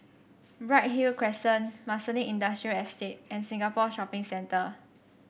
Bright Hill Crescent Marsiling Industrial Estate and Singapore Shopping Centre